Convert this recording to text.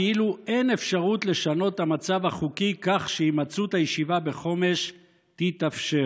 כאילו אין אפשרות לשנות את המצב החוקי כך שהימצאות הישיבה בחומש תתאפשר.